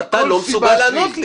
אתה לא מסוגל לענות לי.